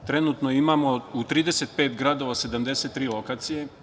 Trenutno imamo u 35 gradova 73 lokacije.